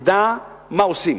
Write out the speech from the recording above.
ידע מה עושים.